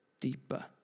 deeper